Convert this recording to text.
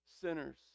sinners